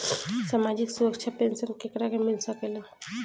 सामाजिक सुरक्षा पेंसन केकरा के मिल सकेला?